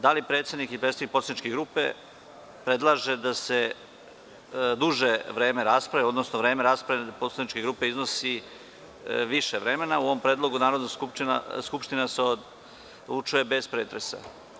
Da li predsednik i predstavnik poslaničke grupe predlaže da se duže vreme rasprave, odnosno da vreme rasprave za poslaničke grupe iznosi više vremena o ovom predlogu Narodna skupština odlučuje bez pretresa.